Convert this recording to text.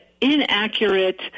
inaccurate